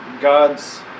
God's